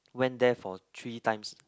went there for three times